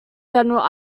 general